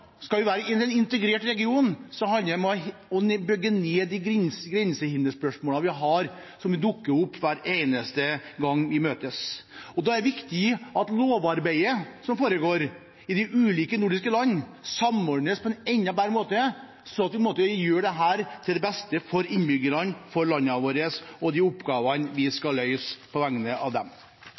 Skal vi være en integrert region, handler det om å bygge ned de grensehinderspørsmålene vi har, og som dukker opp hver eneste gang vi møtes. Da er det viktig at lovarbeidet som foregår i de ulike nordiske landene, samordnes på en enda bedre måte, slik at en gjør dette til det beste for innbyggerne, for landene våre og de oppgavene vi skal løse på vegne av dem.